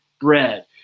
bread